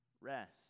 rest